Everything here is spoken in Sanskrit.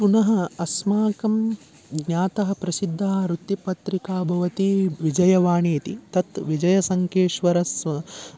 पुनः अस्माकं ज्ञातः प्रसिद्दः वृत्तपत्रिका भवति विजयवाणी इति तत् विजयसङ्केश्वरस्य